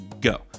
go